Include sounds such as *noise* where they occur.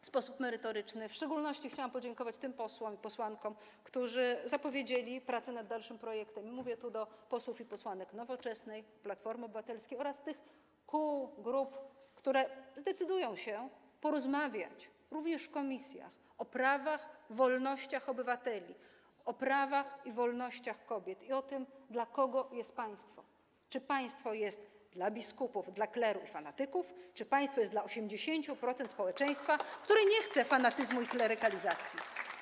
W szczególności chciałam podziękować tym posłom i posłankom, którzy zapowiedzieli dalsze prace nad projektem, mówię do posłów i posłanek Nowoczesnej, Platformy Obywatelskiej oraz tych kół, grup, które zdecydują się porozmawiać - również w komisjach - o prawach, wolnościach obywateli, o prawach i wolnościach kobiet i o tym, dla kogo jest państwo - czy państwo jest dla biskupów, kleru i fanatyków, czy państwo jest dla 80% społeczeństwa, *applause* które nie chce fanatyzmu i klerykalizacji.